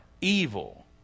evil